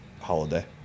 Holiday